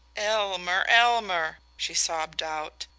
elmer elmer she sobbed out.